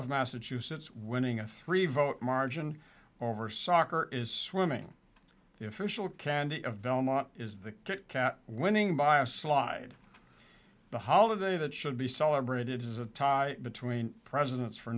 of massachusetts winning a three vote margin over soccer is swimming the official candy of belmont is the cat winning by a slide the holiday that should be celebrated as a tie between presidents for